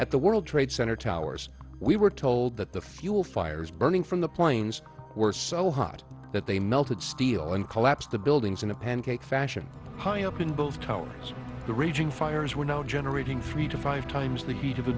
at the world trade center towers we were told that the fuel fires burning from the planes were so hot that they melted steel and collapse the buildings in a pancake fashion high up in both towers the raging fires were no generating three to five times the heat of